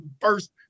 first